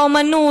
לאומנות,